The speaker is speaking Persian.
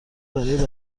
برای